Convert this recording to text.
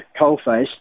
coalface